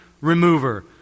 remover